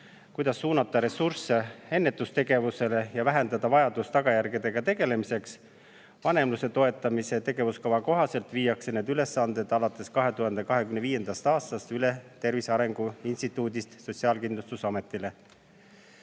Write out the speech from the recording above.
kuidas suunata ressursse ennetustegevusele ja vähendada vajadust tagajärgedega tegelemiseks. Vanemluse toetamise tegevuskava kohaselt viiakse need ülesanded alates 2025. aastast Tervise Arengu Instituudist üle Sotsiaalkindlustusametisse.